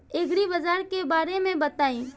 एग्रीबाजार के बारे में बताई?